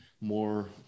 more